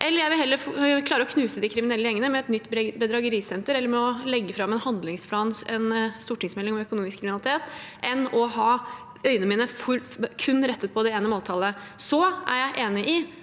måltall. Jeg vil heller klare å knuse de kriminelle gjengene med et nytt bedragerisenter eller ved å legge fram en handlingsplan, en stortingsmelding om økonomisk kriminalitet, enn å ha øynene mine kun rettet på det ene måltallet. Så er jeg enig i